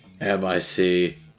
M-I-C